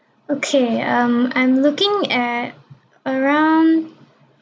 okay um I'm looking at around